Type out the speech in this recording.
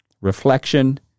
reflection